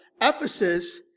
Ephesus